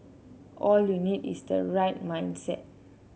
all you need is the right mindset